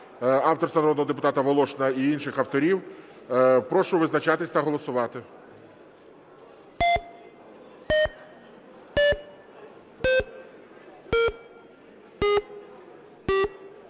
авторства народного депутата Волошина і інших авторів. Прошу визначатися та голосувати.